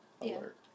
alert